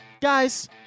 Guys